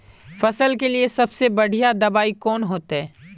फसल के लिए सबसे बढ़िया दबाइ कौन होते?